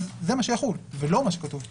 זה מה שיחול ולא מה שכתוב פה.